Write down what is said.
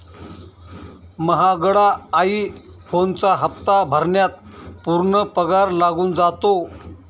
महागडा आई फोनचा हप्ता भरण्यात पूर्ण पगार लागून जातो